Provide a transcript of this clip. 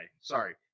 Sorry